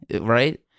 Right